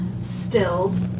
stills